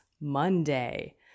Monday